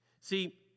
See